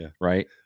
Right